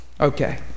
Okay